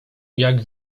jak